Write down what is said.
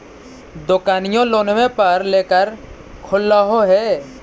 दोकनिओ लोनवे पर लेकर खोललहो हे?